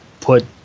put